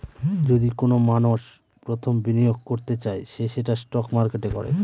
যদি কোনো মানষ প্রথম বিনিয়োগ করতে চায় সে সেটা স্টক মার্কেটে করে